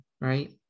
right